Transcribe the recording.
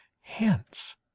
Hence